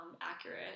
accurate